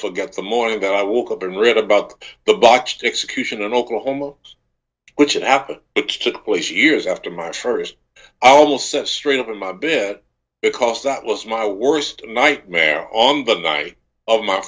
forget the morning i woke up and read about the botched execution in oklahoma which it happened it's took place years after my first almost straight up in my bed because that was my worst nightmare on the night of my